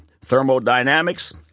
thermodynamics